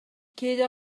кээде